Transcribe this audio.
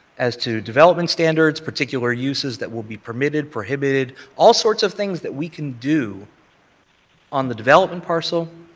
as to development standards, particular uses that will be permitted, prohibited, all sorts of things that we can do on the development parcel,